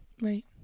right